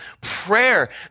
prayer